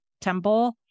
temple